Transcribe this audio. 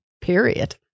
period